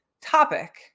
topic